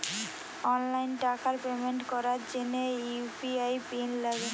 online টাকার payment করার জিনে ইউ.পি.আই পিন লাগে